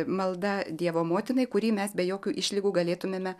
malda dievo motinai kurį mes be jokių išlygų galėtumėme